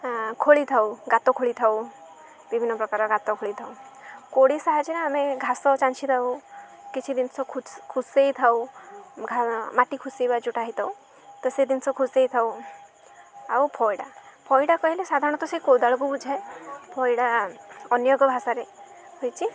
ଖୋଳିଥାଉ ଗାତ ଖୋଳିଥାଉ ବିଭିନ୍ନ ପ୍ରକାର ଗାତ ଖୋଳିଥାଉ କୋଡ଼ି ସାହାଯ୍ୟରେ ଆମେ ଘାସ ଚାଞ୍ଛି ଦଉ କିଛି ଜିନିଷ ଖୁର୍ସେଇଥାଉ ମାଟି ଖୁର୍ସେଇବା ଯୋଉଟା ହେଇଥାଉ ତ ସେ ଜିନିଷ ଖୁର୍ସେଇଥାଉ ଆଉ ଫଇଡ଼ା ଫଇଡ଼ା କହିଲେ ସାଧାରଣତଃ ସେ କୋଦାଳକୁ ବୁଝାଏ ଫଇଡ଼ା ଅନ୍ୟ ଏକ ଭାଷାରେ ହୋଇଛି